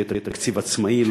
ויהיה תקציב עצמאי,